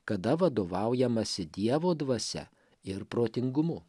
kada vadovaujamasi dievo dvasia ir protingumu